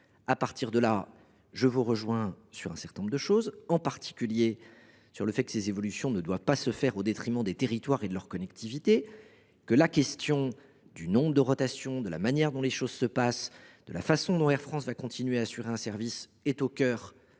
Cela dit, je vous rejoins sur un certain nombre de points, en particulier sur le fait que ces évolutions ne doivent pas se faire au détriment des territoires et de leur connectivité. En outre, vous avez raison, le nombre de rotations, la manière dont les choses se passeront et la façon dont Air France continuera à assurer un service constituent